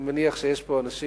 אני מניח שיש פה אנשים